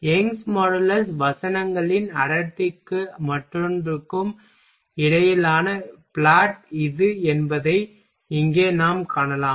Young's modulus வசனங்களின் அடர்த்திக்கும் மற்றொன்றுக்கும் இடையிலான பிளாட் இது என்பதை இங்கே நாம் காணலாம்